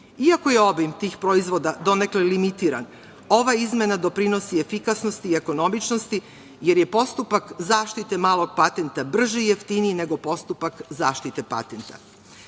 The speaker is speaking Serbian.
Iako je obim tih proizvoda donekle limitiran, ova izmena doprinosi efikasnosti i ekonomičnosti, jer je postupak zaštite malog patenta brži i jeftiniji nego postupak zaštite patenta. Sledeća